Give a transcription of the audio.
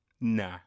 nah